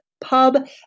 pub